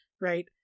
Right